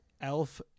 Elf